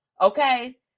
Okay